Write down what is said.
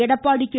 Edappadi K